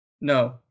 No